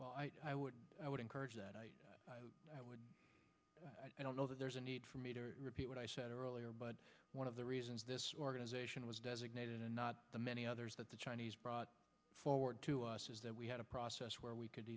well i would i would encourage that i would i don't know that there's a need for me to repeat what i said earlier but one of the reasons this organization was designated and not the many others that the chinese brought forward to us is that we had a process where we could